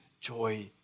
joy